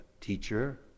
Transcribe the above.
teacher